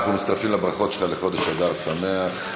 אנחנו מצטרפים לברכות שלך לחודש אדר שמח.